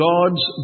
God's